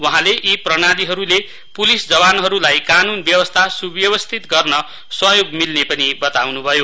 उहाँले यी प्राणालीहरूले पुलिस जवानहरूलाई कानुन व्यवस्था सुव्यवस्थित गर्न सहयोग मिल्ने पनि बताउनु भयो